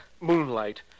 Moonlight